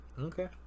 Okay